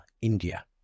India